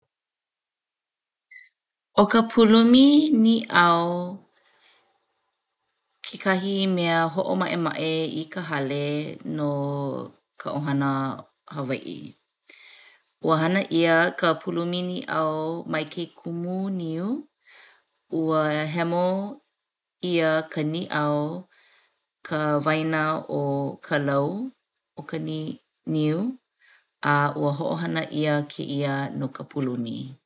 ʻO ka pūlumi nīʻau kekahi mea hoʻomaʻemaʻe i ka hale no ka ʻohana Hawaiʻi. Ua hana ʻia ka pūlumi nīʻau mai ke kumu niu. Ua hemo ʻia ka nīʻau, ka waena o ka lau o ka ni niu a ua hoʻohana ʻia kēia no ka pūlumi.